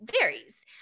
varies